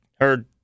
heard